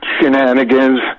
shenanigans